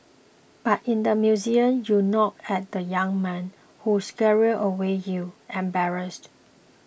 but in the museum you nod at the young man who scurry away you embarrassed